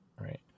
right